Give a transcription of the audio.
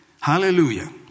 hallelujah